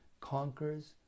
conquers